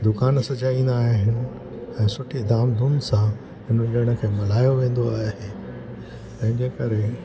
दुकान सजाईंदा आहिनि ऐं सुठी धाम धूम सां हिन ॾिहुं खे मल्हायो वेंदो आहे तंहिंजे करे